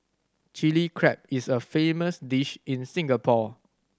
Chilli Crab is a famous dish in Singapore